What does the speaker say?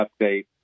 update